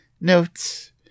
notes